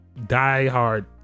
diehard